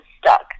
stuck